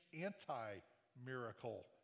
anti-miracle